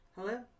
Hello